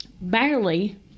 barely